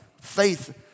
faith